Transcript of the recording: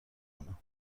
کنم